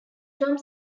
tom